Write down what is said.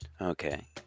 Okay